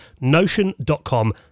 Notion.com